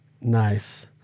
Nice